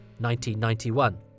1991